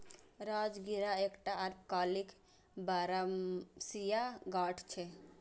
राजगिरा एकटा अल्पकालिक बरमसिया गाछ छियै